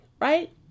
right